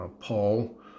Paul